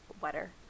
Wetter